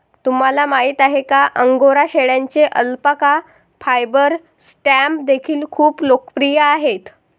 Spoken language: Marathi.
तुम्हाला माहिती आहे का अंगोरा शेळ्यांचे अल्पाका फायबर स्टॅम्प देखील खूप लोकप्रिय आहेत